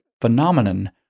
phenomenon